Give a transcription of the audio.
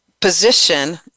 position